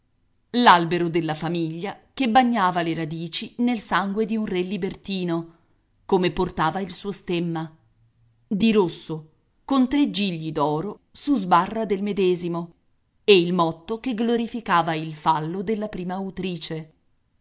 l'albero della famiglia che bagnava le radici nel sangue di un re libertino come portava il suo stemma di rosso con tre gigli d'oro su sbarra del medesimo e il motto che glorificava il fallo della prima autrice